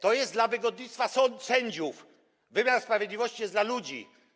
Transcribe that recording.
To jest dla wygodnictwa sędziów, a wymiar sprawiedliwości jest dla ludzi.